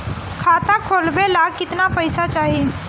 खाता खोलबे ला कितना पैसा चाही?